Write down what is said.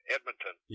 Edmonton